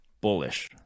bullish